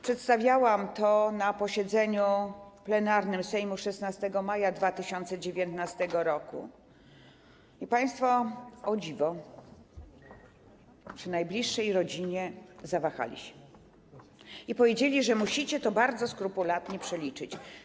Przedstawiałam to na posiedzeniu plenarnym Sejmu 16 maja 2019 r. Państwo, o dziwo, przy najbliższej rodzinie zawahali się i powiedzieli, że musicie to bardzo skrupulatnie przeliczyć.